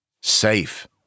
Safe